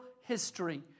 history